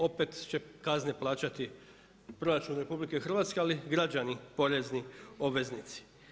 Opet će kazne plaćati proračun RH, ali i građani, porezni obveznici.